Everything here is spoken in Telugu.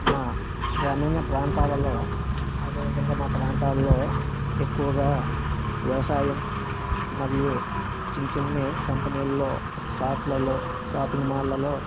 మా గ్రామీణ ప్రాంతాలలో అదేవిధంగా మా ప్రాంతాల్లో ఎక్కువగా వ్యవసాయం మరియు చిన్న చిన్న కంపెనీల్లో షాపులలో షాపింగ్ మాల్లల్లో